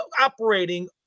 operating